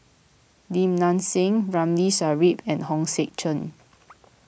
Lim Nang Seng Ramli Sarip and Hong Sek Chern